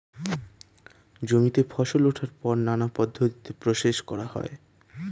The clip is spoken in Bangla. জমিতে ফসল ওঠার পর নানা পদ্ধতিতে প্রসেস করা হয়